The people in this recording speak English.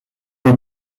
will